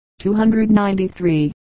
293